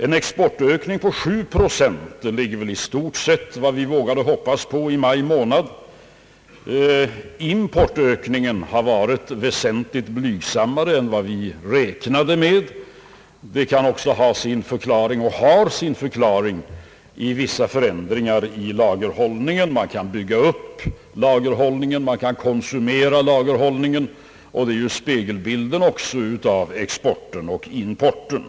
Ex: portökningen till 7 procent motsvarar väl i stort sett vad vi vågade hoppas på i maj månad. Importökningen har varit väsentligt blygsammare än vad vi räknade med. Det kan ha sin förklaring och har också sin förklaring i vissa förändringar i lagerhållningen. Man kan bygga upp eller konsumera lagerhållningen; det är spegelbilden av exporten och importen.